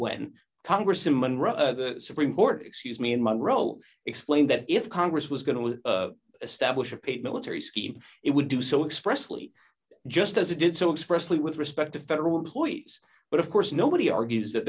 when congressman rush the supreme court excuse me in my role explained that if congress was going to establish a paid military scheme it would do so expressly just as it did so expressly with respect to federal employees but of course nobody argues that